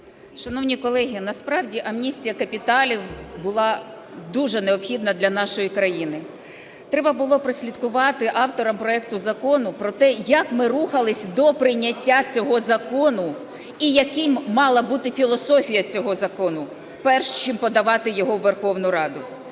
Шановні колеги, насправді амністія капіталів була дуже необхідна для нашої країни. Треба було прослідкувати авторам проекту закону про те, як ми рухались до прийняття цього закону і якою мала б бути філософія цього закону перш ніж подавати його у Верховну Раду.